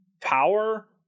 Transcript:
power